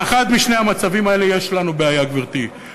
באחד משני המצבים האלה יש לנו בעיה, גברתי.